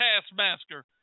taskmaster